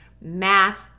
Math